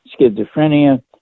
schizophrenia